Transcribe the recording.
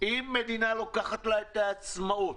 אם המדינה לוקחת לה את העצמאות,